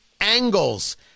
angles